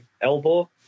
elbow